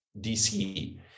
DC